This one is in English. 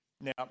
Now